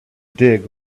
dig